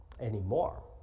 anymore